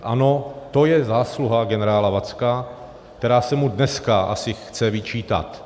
Ano, to je zásluha generála Vacka, která se mu dneska asi chce vyčítat.